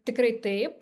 tikrai taip